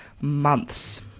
months